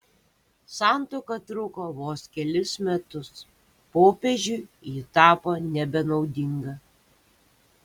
santuoka truko vos kelis metus popiežiui ji tapo nebenaudinga